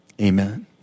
Amen